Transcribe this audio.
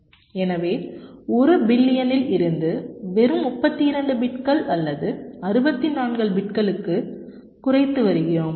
எனவே 1 பில்லியனில் இருந்து வெறும் 32 பிட்கள் அல்லது 64 பிட்களுக்கு குறைத்து வருகிறோம்